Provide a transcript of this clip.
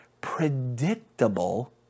predictable